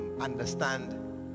understand